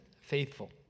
faithful